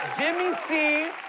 jimmy c,